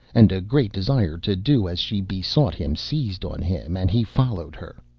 and a great desire to do as she besought him seized on him, and he followed her.